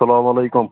سَلامَ علیکُم